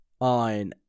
on